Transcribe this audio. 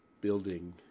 building